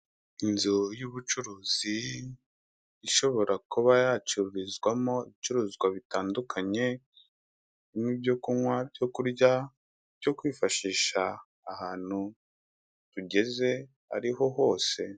Inzu y'ubucuruzi ishobora kuba yacururizwamo ibicuruzwa bitandukanye, nk'ibyo kunywa, ibyo kurya, byo kwifashisha ahantu tugeze ari ho hose.